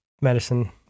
medicine